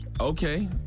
Okay